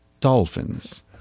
dolphins